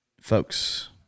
folks